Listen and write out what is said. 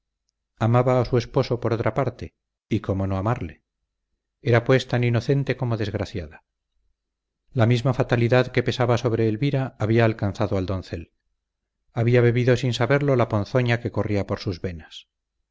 amaba a su esposo por otra parte y cómo no amarle era pues tan inocente como desgraciada la misma fatalidad que pesaba sobre elvira había alcanzado al doncel había bebido sin saberlo la ponzoña que corría por sus venas